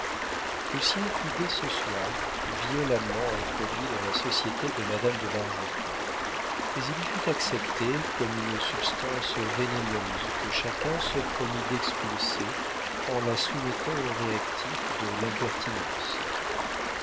particule lucien fut dès ce soir violemment introduit dans la société de madame de bargeton mais il y fut accepté comme une substance vénéneuse que chacun se promit d'expulser en la soumettant aux réactifs de l'impertinence